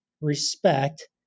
respect